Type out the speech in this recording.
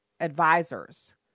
Advisors